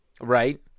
Right